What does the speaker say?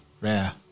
rare